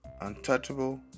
Untouchable